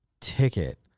ticket